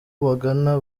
bagana